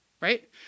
right